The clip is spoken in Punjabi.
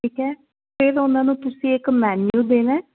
ਠੀਕ ਹੈ ਫਿਰ ਉਹਨਾਂ ਨੂੰ ਤੁਸੀਂ ਇੱਕ ਮੈਨਿਊ ਦੇਣਾ